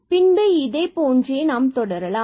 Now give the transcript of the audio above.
பின்பு இதைப் போன்று தொடரலாம்